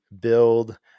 build